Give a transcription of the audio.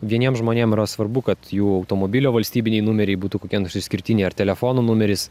vieniem žmonėm yra svarbu kad jų automobilio valstybiniai numeriai būtų kokie nors išskirtiniai ar telefono numeris